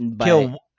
kill